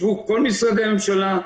ישבו כל משרדי הממשלה,